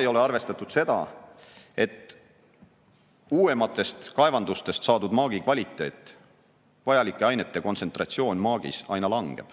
ei ole arvestatud seda, et uuematest kaevandustest saadud maagi kvaliteet, vajalike ainete kontsentratsioon maagis aina langeb.